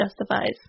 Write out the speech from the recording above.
justifies